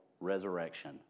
resurrection